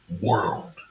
world